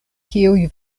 kiuj